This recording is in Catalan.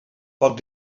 foc